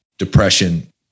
Depression